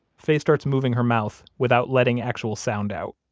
faye starts moving her mouth, without letting actual sound out.